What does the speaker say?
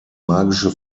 magische